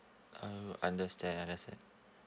uh understand understand